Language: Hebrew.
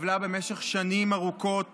סבלה במשך שנים ארוכות